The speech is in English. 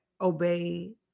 obey